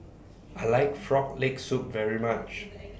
I like Frog Leg Soup very much